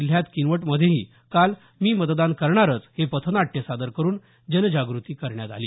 जिल्ह्यात किनवटमध्येही काल मी मतदान करणारचं हे पथनाट्य सादर करून जनजागृती करण्यात आली